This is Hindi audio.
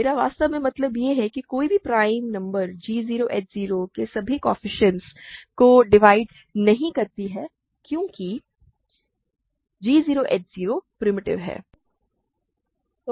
मेरा वास्तव में मतलब यह है कि कोई भी प्राइम नंबर g 0 h 0 के सभी कोएफ़िशिएंट्स को डिवाइड नहीं करती है क्योंकि g 0 h 0 प्रिमिटिव है